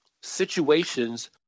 situations